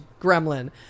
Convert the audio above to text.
gremlin